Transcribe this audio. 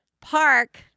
Park